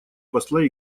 посла